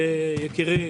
יקירי,